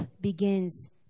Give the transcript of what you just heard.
begins